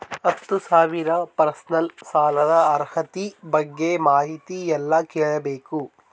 ಹತ್ತು ಸಾವಿರ ಪರ್ಸನಲ್ ಸಾಲದ ಅರ್ಹತಿ ಬಗ್ಗೆ ಮಾಹಿತಿ ಎಲ್ಲ ಕೇಳಬೇಕು?